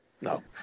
no